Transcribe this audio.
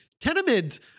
Tenement